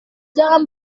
jangan